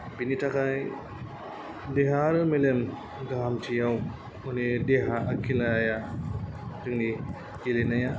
बेनि थाखाय देहा आरो मेलेम गाहामथियाव माने देहा खेलाया जोंनि गेलेनाया